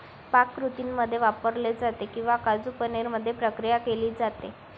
पाककृतींमध्ये वापरले जाते किंवा काजू पनीर मध्ये प्रक्रिया केली जाते